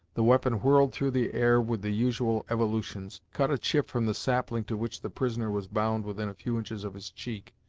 the weapon whirled through the air with the usual evolutions, cut a chip from the sapling to which the prisoner was bound within a few inches of his cheek,